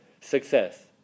success